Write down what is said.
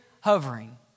hovering